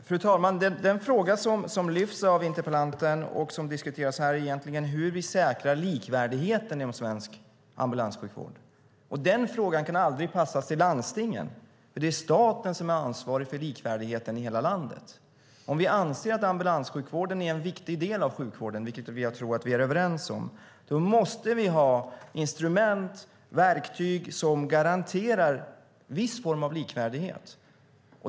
Fru talman! Den fråga som tas upp av interpellanten och som diskuteras här är hur vi säkrar likvärdigheten inom svensk ambulanssjukvård. Den frågan kan aldrig passas till landstingen, för det är staten som är ansvarig för likvärdigheten i hela landet. Om vi anser att ambulanssjukvården är en viktig del av sjukvården, vilket jag tror att vi är överens om, måste vi ha instrument, verktyg som garanterar en viss form av likvärdighet.